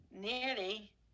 nearly